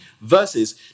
Versus